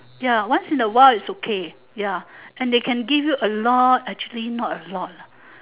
ya once in a while is okay ya and they can give you a lot actually not a lot